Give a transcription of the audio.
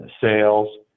sales